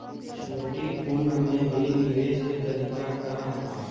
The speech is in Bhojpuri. छोटी उम्र में भी निवेश के तरीका क बा?